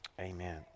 Amen